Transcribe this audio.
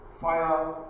Fire